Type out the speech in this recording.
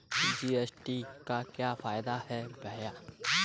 GST का क्या फायदा है भैया?